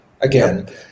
Again